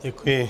Děkuji.